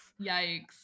yikes